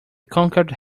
conquered